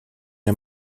der